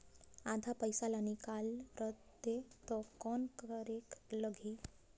आधा पइसा ला निकाल रतें तो कौन करेके लगही?